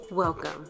Welcome